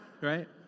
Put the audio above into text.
Right